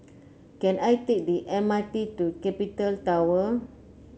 can I take the M R T to Capital Tower